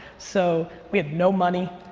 so we had no money.